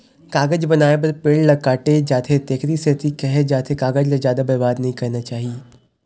कागज बनाए बर पेड़ ल काटे जाथे तेखरे सेती केहे जाथे कागज ल जादा बरबाद नइ करना चाही